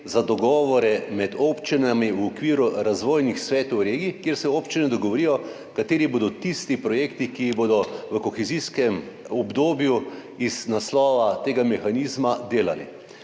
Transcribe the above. za dogovore med občinami v okviru razvojnih svetov regij, kjer se občine dogovorijo, kateri bodo tisti projekti, ki se bodo v kohezijskem obdobju iz naslova tega mehanizma delali.